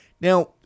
Now